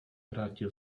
vrátil